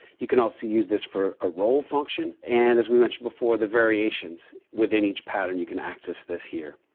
you can also use this for a roll function. and as we mentioned before, the variations within each pattern. you can access this here.